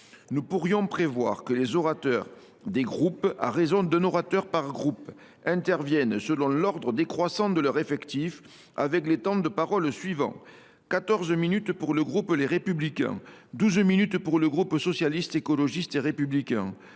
Nous pourrions prévoir que les orateurs des groupes, à raison d’un orateur par groupe, interviennent, selon l’ordre décroissant de leur effectif, avec les temps de parole suivants : quatorze minutes pour le groupe Les Républicains ; douze minutes pour le groupe Socialiste, Écologiste et Républicain